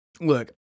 look